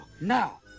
Now